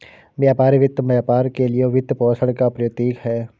व्यापार वित्त व्यापार के लिए वित्तपोषण का प्रतीक है